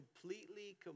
completely